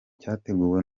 cyateguwe